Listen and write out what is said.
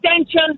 attention